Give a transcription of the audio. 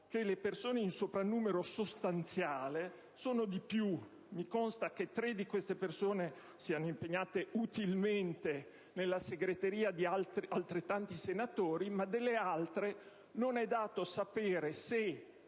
che le persone "in soprannumero sostanziale" sono di più. Mi consta che tre di queste persone siano impegnate utilmente nella segreteria di altrettanti senatori. Delle altre, invece, non è dato sapere se,